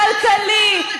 כלכלי,